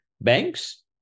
banks